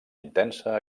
intensa